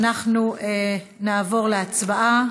אנחנו נעבור להצבעה.